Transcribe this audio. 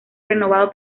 renovado